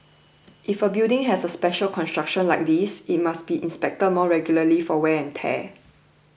if a building has a special construction like this it must be inspected more regularly for wear and tear